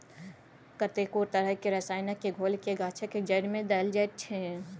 कतेको तरहक रसायनक घोलकेँ गाछक जड़िमे देल जाइत छै